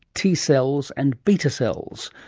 t cells and beta cells,